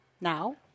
Now